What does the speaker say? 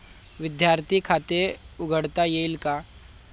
विद्यार्थी खाते उघडता येईल का?